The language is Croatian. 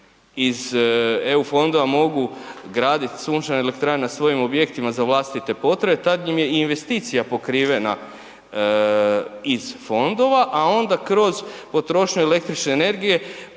iz EU fondova mogu graditi sunčane elektrane na svojim objektima za vlastite potrebe, tad im je i investicija pokrivena iz fondova, a onda kroz potrošnju električne energije